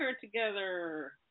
together